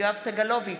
יואב סגלוביץ'